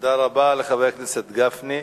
תודה רבה לחבר הכנסת גפני.